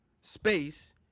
space